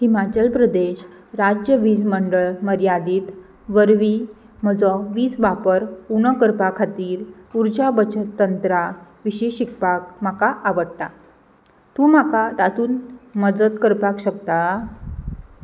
हिमाचल प्रदेश राज्य वीज मंडळ मर्यादीत वरवीं म्हजो वीज वापर उणो करपा खातीर उर्चा बचत्रा विशीं शिकपाक म्हाका आवडटा तूं म्हाका तातूंत मजत करपाक शकता